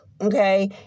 okay